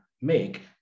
make